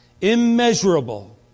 immeasurable